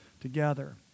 together